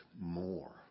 more